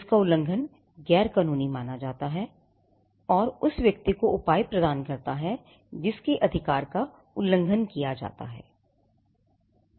जिसका उल्लंघन गैरकानूनी माना जाता है और उस व्यक्ति को उपाय प्रदान करता है जिसके अधिकार का उल्लंघन किया जाता है